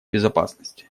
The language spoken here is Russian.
безопасности